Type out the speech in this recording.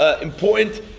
important